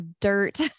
dirt